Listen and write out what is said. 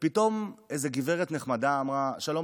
ופתאום איזה גברת נחמדה אמרה: שלום,